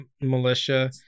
militia